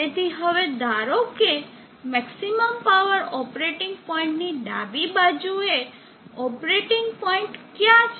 તેથી હવે ધારોકે મેક્સીમમ પાવર ઓપરેટીંગ પોઇન્ટની ડાબી બાજુએ ઓપરેટિંગ પોઇન્ટ ક્યાંક છે